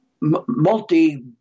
multi